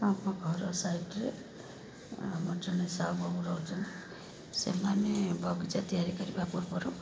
ଆମ ଘର ସାଇଡ଼୍ରେ ଆମର ଜଣେ ସାହୁ ବାବୁ ରହୁଛନ୍ତି ସେମାନେ ବଗିଚା ତିଆରି କରିବା ପୂର୍ବରୁ